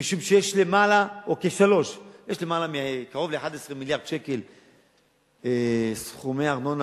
יש קרוב ל-11 מיליארד שקל סכומי ארנונה,